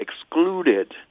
excluded